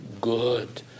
good